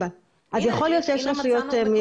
אז יכול להיות שיש רשויות שלא מעוניינות --- הנה,